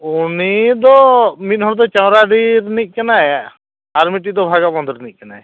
ᱩᱱᱤ ᱫᱚ ᱢᱤᱫ ᱦᱚᱲ ᱫᱚ ᱪᱟᱣᱨᱟᱰᱤ ᱨᱮᱱᱤᱡ ᱠᱟᱱᱟᱭ ᱟᱨ ᱢᱤᱫᱴᱤᱡ ᱫᱚ ᱵᱷᱟᱜᱟᱵᱟᱸᱫᱽ ᱨᱮᱱᱤᱡ ᱠᱟᱱᱟᱭ